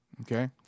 Okay